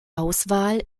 auswahl